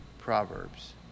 proverbs